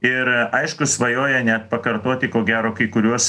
ir aišku svajoja net pakartoti ko gero kai kuriuos